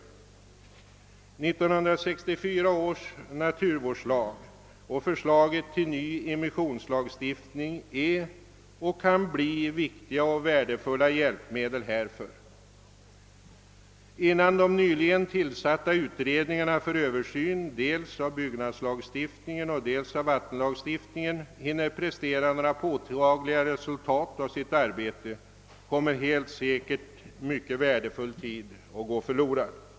1964 års naturvårdslag och förslag till ny inmmissionslagstiftning är och kan bli viktiga och värdefulla hjälpmedel härför. Innan de nyligen tillsatta utredningarna för översyn av dels byggnadslagstiftningen och dels vattenlagstiftningen hinner prestera några mer påtagliga resultat av sitt arbete kommer helt säkert mycken värdefull tid att gå förlorad.